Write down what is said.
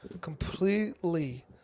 completely